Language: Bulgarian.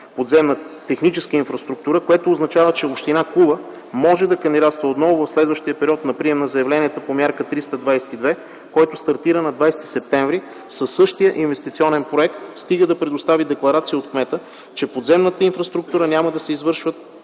подземна техническа инфраструктура, което означава, че община Кула може да кандидатства отново в следващия период на прием на заявления по мярка 322, който стартира на 20 септември т.г. със същия инвестиционен проект, стига да предостави декларация от кмета, че по подземната инфраструктура няма да се извършват